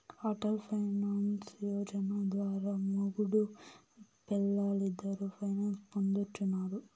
Atal pension Yojana ద్వారా మొగుడూ పెల్లాలిద్దరూ పెన్సన్ పొందొచ్చును